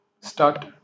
start